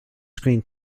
screen